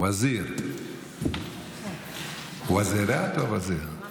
וזיראת או וזיר?